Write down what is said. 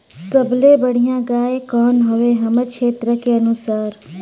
सबले बढ़िया गाय कौन हवे हमर क्षेत्र के अनुसार?